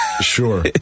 Sure